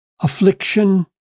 affliction